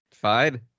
fine